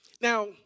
Now